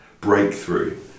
breakthrough